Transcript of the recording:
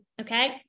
okay